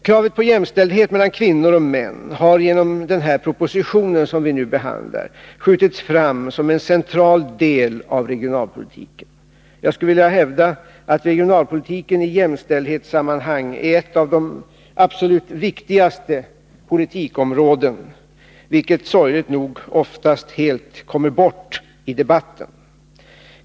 Kravet på jämställdhet mellan kvinnor och män har genom den proposition som vi nu behandlar skjutits fram som en central del av regionalpolitiken. Jag skulle vilja hävda att regionalpolitiken i jämställdhetssammanhang är ett av de absolut viktigaste politikområdena, vilket sorgligt nog oftast helt kommer bort i debatten.